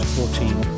Fourteen